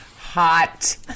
hot